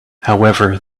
however